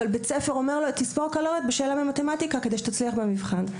אבל בית הספר אומר לו: תספור קלוריות בשאלה במתמטיקה כדי שתצליח במבחן.